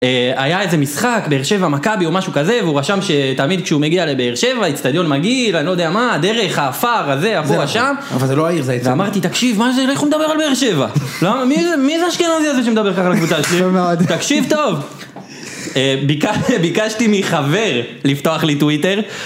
אה, היה איזה משחק, בהרשבה מקאבי או משהו כזה, והוא רשם שתמיד כשהוא מגיע לבהרשבה, הצטדיון מגיע, אני לא יודע מה, דרך, האפר, הזה, הפועה, שם. אבל זה לא העיר, זה הייתה... ואמרתי, תקשיב, מה זה, איך הוא מדבר על בהרשבה? לא, מי זה, מי זה אשכנזי הזה שמדבר ככה על קבוצת השניים? תקשיב טוב. ביקשתי מחבר לפתוח לי טוויטר.